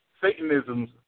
Satanism's